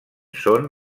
són